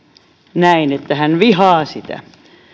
näin että hän vihaa sitä